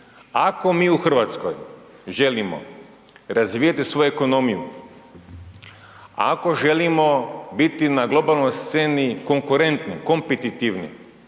Ako mi u Hrvatskoj želimo razvijati svoju ekonomiju, ako želimo biti na globalnoj sceni konkurentni, kompetitivni